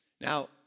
Now